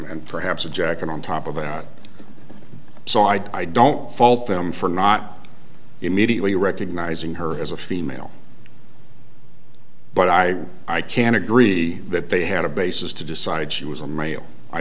perhaps a jacket on top of that so i don't fault them for not immediately recognizing her as a female but i i can agree that they had a basis to decide she was a male i